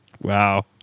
wow